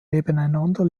nebeneinander